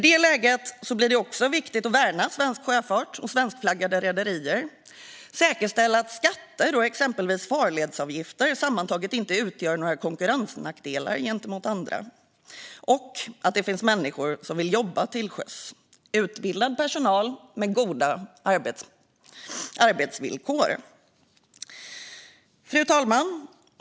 Det är också viktigt att värna svensk sjöfart och svenskflaggade rederier, säkerställa att skatter och exempelvis farledsavgifter sammantaget inte utgör en konkurrensnackdel och se till att det finns människor som vill jobba till sjöss, det vill säga utbildad personal med goda arbetsvillkor. Fru talman!